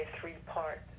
three-part